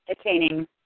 attaining